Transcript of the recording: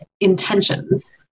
intentions